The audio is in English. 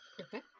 Okay